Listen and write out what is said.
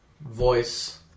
voice